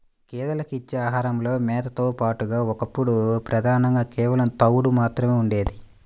గేదెలకు ఇచ్చే ఆహారంలో మేతతో పాటుగా ఒకప్పుడు ప్రధానంగా కేవలం తవుడు మాత్రమే ఉండేది